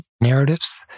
narratives